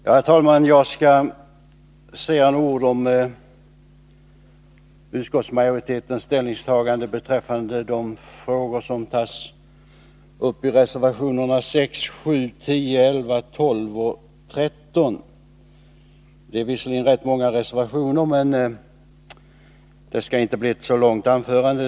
Herr talman! Jag skall säga några ord om utskottsmajoritetens ställningstagande beträffande de frågor som tas upp i reservationerna 6, 7, 10, 11, 12 och 13. Det är visserligen rätt många reservationer, men det skall inte bli något långt anförande.